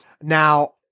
Now